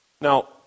Now